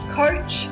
coach